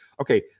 okay